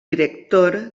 director